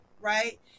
right